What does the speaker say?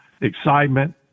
excitement